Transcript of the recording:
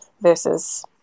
versus